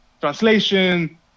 translation